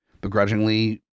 begrudgingly